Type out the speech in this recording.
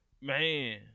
Man